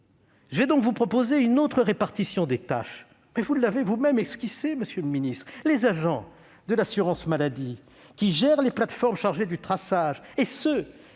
Je vais donc vous proposer une autre répartition des tâches. D'ailleurs, vous l'avez vous-même esquissée, monsieur le ministre : les agents de l'assurance maladie qui gèrent les plateformes chargées du traçage et ceux